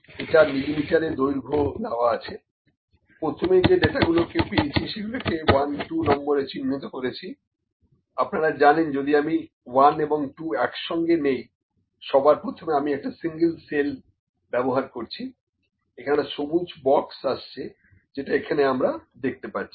এটা মিলিমিটারে দৈর্ঘ্য দেওয়া আছে প্রথমে যে ডাটাগুলো পেয়েছি সেগুলোকে 12 নম্বরে চিহ্নিত করছি আপনারা জানেন যদি আমি 1 ও 2 একসঙ্গে নিই সবার প্রথমে আমি একটা সিঙ্গল সেল ব্যবহার করছি এখানে একটা সবুজ বক্স আসছে যেটা এখানে আমরা দেখতে পাচ্ছি